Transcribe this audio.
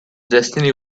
destiny